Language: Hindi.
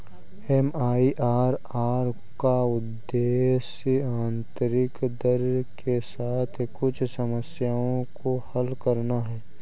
एम.आई.आर.आर का उद्देश्य आंतरिक दर के साथ कुछ समस्याओं को हल करना है